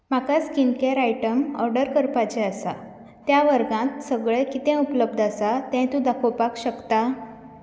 म्हाका skin care item order करपाचे आसा त्या वर्गांत सगळें कितें उपलब्ध आसा तें तूं दाखोवपाक शकता